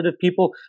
people